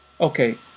Okay